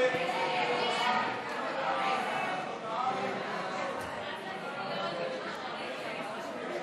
ההצעה להעביר לוועדה את הצעת חוק דמי מחלה (היעדרות בשל מחלת הורה)